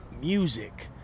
Music